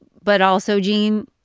but also, gene,